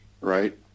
right